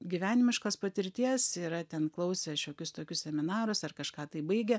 gyvenimiškos patirties yra ten klausę šokius tokius seminarus ar kažką tai baigę